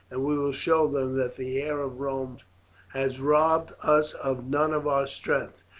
and we will show them that the air of rome has robbed us of none of our strength.